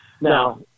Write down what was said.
Now